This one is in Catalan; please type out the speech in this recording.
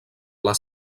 les